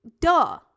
Duh